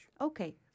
Okay